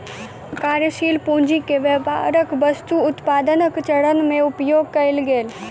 कार्यशील पूंजी के व्यापारक वस्तु उत्पादनक चरण में उपयोग कएल गेल